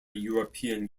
european